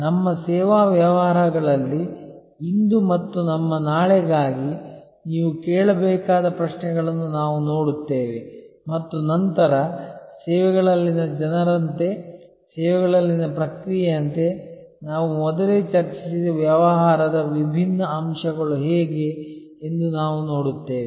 ನಮ್ಮ ಸೇವಾ ವ್ಯವಹಾರಗಳಲ್ಲಿ ಇಂದು ಮತ್ತು ನಮ್ಮ ನಾಳೆಗಾಗಿ ನೀವು ಕೇಳಬೇಕಾದ ಪ್ರಶ್ನೆಗಳನ್ನು ನಾವು ನೋಡುತ್ತೇವೆ ಮತ್ತು ನಂತರ ಸೇವೆಗಳಲ್ಲಿನ ಜನರಂತೆ ಸೇವೆಗಳಲ್ಲಿನ ಪ್ರಕ್ರಿಯೆಯಂತೆ ನಾವು ಮೊದಲೇ ಚರ್ಚಿಸಿದ ವ್ಯವಹಾರದ ವಿಭಿನ್ನ ಅಂಶಗಳು ಹೇಗೆ ಎಂದು ನಾವು ನೋಡುತ್ತೇವೆ